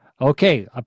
Okay